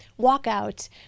walkout